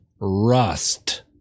rust